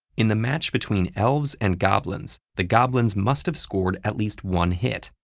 in the match between elves and goblins, the goblins must've scored at least one hit.